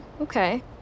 okay